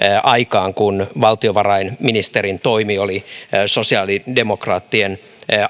aikaan kun valtiovarainministerin toimi oli sosiaalidemokraattien